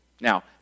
Now